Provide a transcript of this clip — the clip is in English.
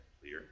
clear